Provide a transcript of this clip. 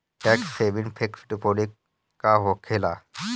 Tax saving fix deposit का होखे ला?